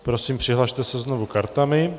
Prosím, přihlaste se znovu kartami.